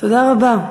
תודה רבה.